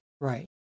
Right